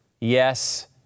Yes